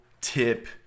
tip